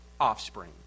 offspring